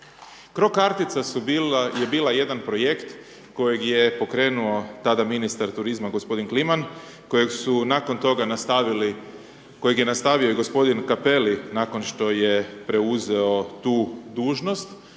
kartice je bila jedna projekt kojeg je pokrenuo tada ministar turizma, gospodin Kliman, kojeg su nakon toga nastavili, kojeg je nastavio i gospodin Cappelli, nakon što je preuzeo tu dužnost,